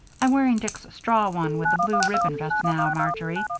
i'm wearing dick's straw one with the blue ribbon just now, marjory.